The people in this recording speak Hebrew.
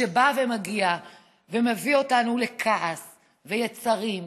שמגיע ומביא אותנו לכעס ויצרים?